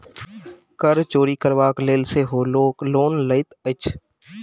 कर चोरि करबाक लेल सेहो लोक लोन लैत अछि